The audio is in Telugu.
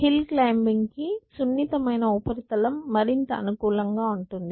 హిల్ క్లైమ్బింగ్ కు సున్నితమైన ఉపరితలం మరింత అనుకూలంగా ఉంటుంది